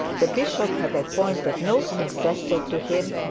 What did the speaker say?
the bishop had appointed no successor to him,